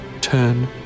turn